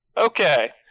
Okay